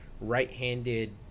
right-handed